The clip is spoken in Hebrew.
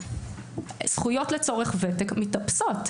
זכויות לצורך וותק מתאפסות.